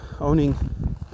owning